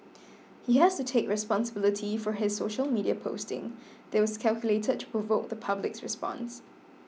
he has to take responsibility for his social media posting that was calculated to provoke the public's response